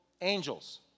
angels